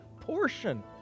portion